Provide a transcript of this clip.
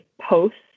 posts